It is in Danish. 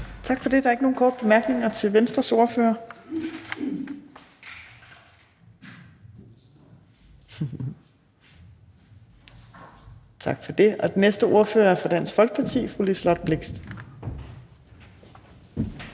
Tak for det. Der er ikke nogen korte bemærkninger til Venstres ordfører. Den næste ordfører er fra Dansk Folkeparti, fru Liselott Blixt.